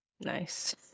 nice